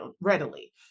readily